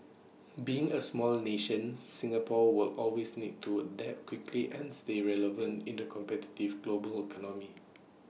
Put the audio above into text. being A small nation Singapore will always need to adapt quickly and stay relevant in the competitive global economy